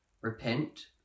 repent